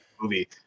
movie